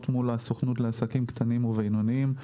מול הסוכנות לעסקים קטנים ובינוניים,